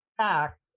act